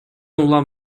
улам